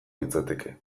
litzateke